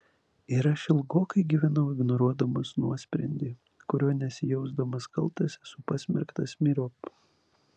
ir aš ilgokai gyvenau ignoruodamas nuosprendį kuriuo nesijausdamas kaltas esu pasmerktas myriop